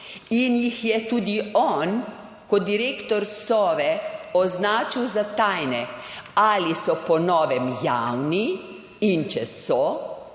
in jih je tudi on, kot direktor Sove, označil za tajne. Ali so po novem javni? In če so,